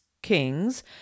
kings